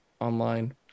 online